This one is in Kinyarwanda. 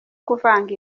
kuvanga